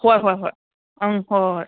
ꯍꯣꯏ ꯍꯣꯏ ꯍꯣꯏ ꯑꯪ ꯍꯣꯏ ꯍꯣꯏ ꯍꯣꯏ